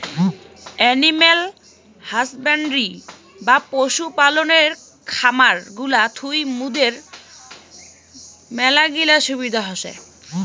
animal husbandry বা পশু পালনের খামার গুলা থুই মুইদের মেলাগিলা সুবিধা হসে